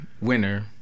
winner